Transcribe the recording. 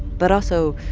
but also,